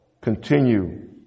Continue